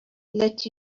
let